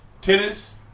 tennis